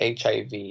HIV